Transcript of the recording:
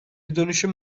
dönüşüm